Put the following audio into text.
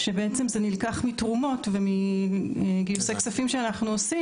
זה נלקח מתרומות ומגיוסי כספים שאנחנו עושים